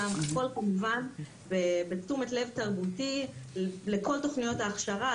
הכל כמובן בתשומת לב תרבותי לכל תוכניות ההכשרה,